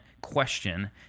question